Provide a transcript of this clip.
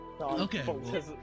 okay